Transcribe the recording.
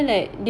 ya